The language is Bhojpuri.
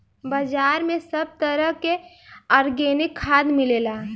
बाजार में सब तरह के आर्गेनिक खाद मिलेला